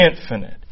infinite